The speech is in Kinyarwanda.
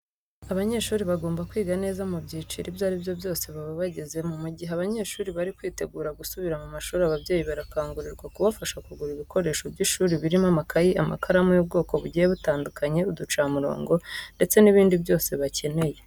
Abanyeshuri bagomba kwiga neza mu byiciro ibyo ari byo byose baba bagezemo. Mu gihe abanyeshuri bari kwitegura gusubira ku mashuri ababyeyi barakangurirwa kubafasha kugura ibikoresho by'ishuri birimo amakayi, amakaramu y'ubwoko bugiye butandukanye, uducamurongo ndetse n'ibindi byose bakeneye.